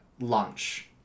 lunch